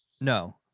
No